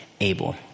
able